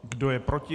Kdo je proti?